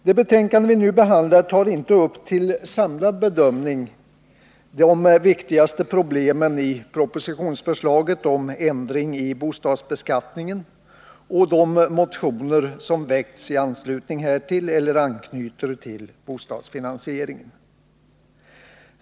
Det betänkande vi nu behandlar tar inte upp till samlad bedömning de viktigaste problemen i propositionsförslaget om ändring i bostadsbeskattningen och de motioner som väckts i anslutning härtill eller anknyter till frågan om bostadsfinansieringen.